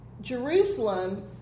Jerusalem